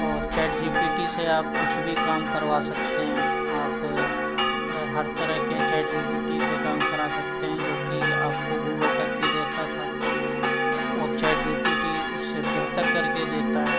اور chat G P T سے آپ کچھ بھی کام کروا سکتے ہیں آپ ہر طرح کے چیٹ جی پی ٹی سے کام کرا سکتے ہیں جوکہ آپ کو گوگل کر کے دیتا تھا وہ چیٹ جی پی ٹی اس سے بہتر کر کے دیتا ہے